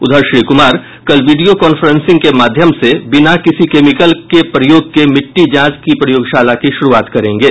उधर श्री कुमार कल video conferencing के माध्यम से बिना किसी केमिकल के प्रयोग के मिट्टी जांच प्रयोगशाला की शुरूआत करेंगे